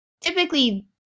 typically